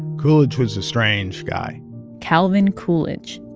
coolidge was a strange guy calvin coolidge,